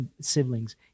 siblings